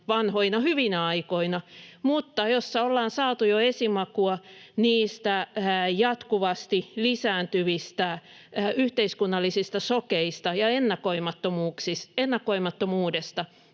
vanhoina hyvinä aikoina mutta jossa ollaan saatu jo esimakua jatkuvasti lisääntyvistä yhteiskunnallisista šokeista ja ennakoimattomuudesta,